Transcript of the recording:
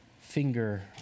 finger